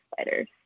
spiders